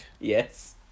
yes